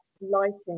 lighting